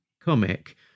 comic